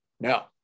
No